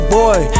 boy